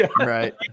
right